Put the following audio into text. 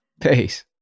Peace